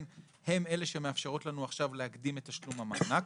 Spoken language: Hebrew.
הן אלה שמאפשרות לנו עכשיו להקדים את תשלום המענק.